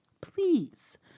Please